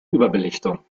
überbelichtung